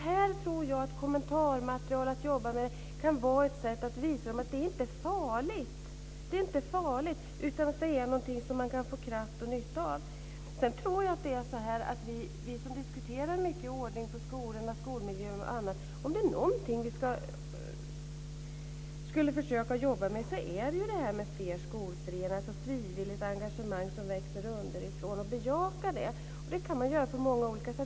Här tror jag att arbete med kommentarmaterial kan vara ett sätt att visa dem att det inte är farligt utan att det är någonting som man kan få kraft och nytta av. Vi diskuterar ofta ordning på skolorna, skolmiljö och annat. Om det är någonting vi skulle försöka att jobba med är det detta frivilliga engagemang som växer underifrån, och vi skulle bejaka det. Det kan man göra på många olika sätt.